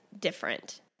different